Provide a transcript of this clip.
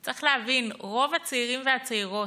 צריך להבין: רוב הצעירים והצעירות